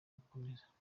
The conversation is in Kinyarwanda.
gukomeza